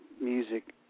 music